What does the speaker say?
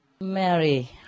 Mary